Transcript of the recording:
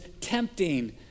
tempting